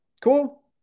cool